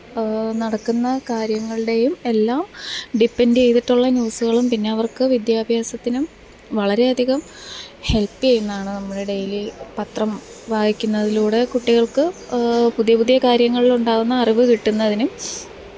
നടക്കുന്ന കാര്യങ്ങളുടേയും എല്ലാം ഡിപ്പെൻ്റ് ചെയ്തിട്ടുള്ള ന്യൂസുകളും പിന്നെ അവര്ക്ക് വിദ്യാഭ്യാസത്തിനും വളരെയധികം ഹെല്പ് ചെയ്യുന്നതാണ് നമ്മുടെ ഡെയിലി പത്രം വായിക്കുന്നതിലൂടെ കുട്ടികള്ക്ക് പുതിയ പുതിയ കാര്യങ്ങളിലുണ്ടാവുന്ന അറിവ് കിട്ടുന്നതിനും